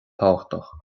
tábhachtach